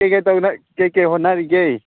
ꯀꯩ ꯀꯩ ꯇꯧꯔꯤꯅꯣ ꯀꯩ ꯀꯩ ꯍꯣꯠꯅꯔꯤꯒꯦ